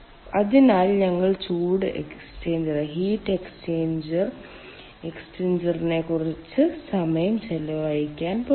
അതിനാൽ ഞങ്ങൾ ചൂട് എക്സ്ചേഞ്ചറിൽ കുറച്ച് സമയം ചെലവഴിക്കാൻ പോകുന്നു